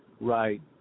Right